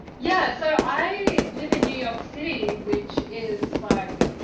yeah. so i live in new york city, which is like